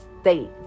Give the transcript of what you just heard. state